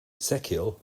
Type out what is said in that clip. ezekiel